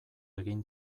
egin